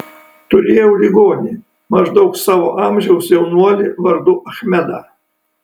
turėjau ligonį maždaug savo amžiaus jaunuolį vardu achmedą